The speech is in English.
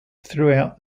throughout